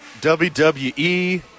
WWE